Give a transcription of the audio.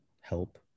help